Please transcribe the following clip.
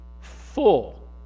full